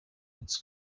its